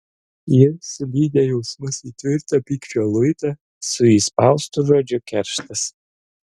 ji sulydė jausmus į tvirtą pykčio luitą su įspaustu žodžiu kerštas